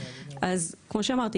אז כמו שאמרתי,